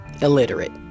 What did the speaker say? illiterate